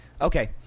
Okay